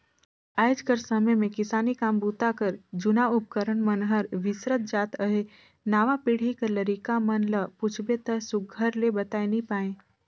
आएज कर समे मे किसानी काम बूता कर जूना उपकरन मन हर बिसरत जात अहे नावा पीढ़ी कर लरिका मन ल पूछबे ता सुग्घर ले बताए नी पाए